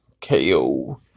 KO